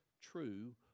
true